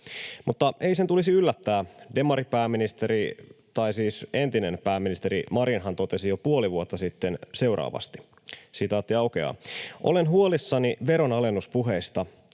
Mutta ei sen tulisi yllättää. Demaripääministeri — tai siis entinen pääministeri — Marinhan totesi jo puoli vuotta sitten seuraavasti: ”Olen huolissani veronalennuspuheista.